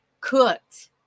cooked